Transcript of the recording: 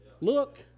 Look